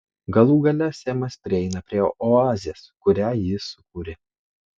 galų gale semas prieina prie oazės kurią ji sukūrė